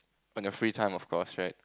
on your free time of course right